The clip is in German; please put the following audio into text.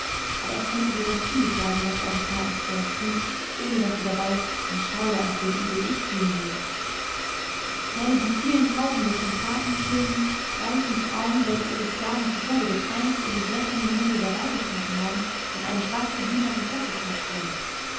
aber ich könnte dir noch vieles sagen was eure zarten squaws tun ohne daß sie dabei den schauder empfinden den ich fühlen würde zähle die vielen tausende von zarten schönen weißen frauen welche ihre sklaven zu tode gepeinigt und mit lächelndem munde dabei gestanden haben wenn eine schwarze dienerin totgepeitscht wurde